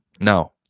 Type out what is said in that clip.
Now